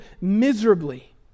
miserably